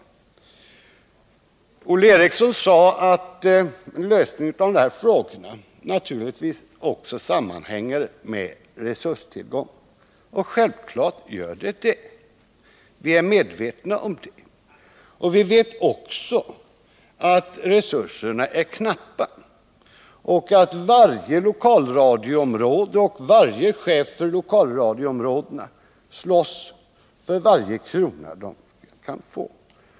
Nr 39 Olle Eriksson sade att lösningen av dessa problem naturligtvis också sammanhänger med resurstillgången. Självfallet gör den det, och vi är medvetna om det. Vi vet också att resurserna är knappa och att varje lokalradioområde och varje chef för ett sådant område slåss för varje krona man kan få.